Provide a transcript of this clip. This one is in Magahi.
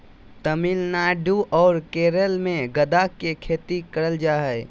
तमिलनाडु आर केरल मे गदा के खेती करल जा हय